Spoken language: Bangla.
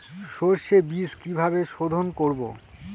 সর্ষে বিজ কিভাবে সোধোন করব?